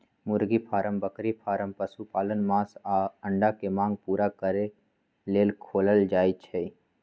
मुर्गी फारम बकरी फारम पशुपालन मास आऽ अंडा के मांग पुरा करे लेल खोलल जाइ छइ